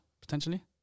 potentially